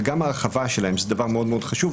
וגם ההרחבה שלהן שזה דבר מאוד מאוד חשוב.